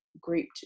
grouped